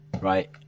Right